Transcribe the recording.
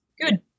Good